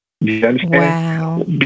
Wow